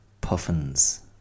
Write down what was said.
puffins